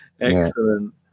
Excellent